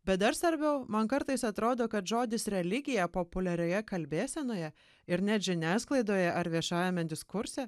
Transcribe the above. bet dar svarbiau man kartais atrodo kad žodis religija populiarioje kalbėsenoje ir net žiniasklaidoje ar viešajame diskurse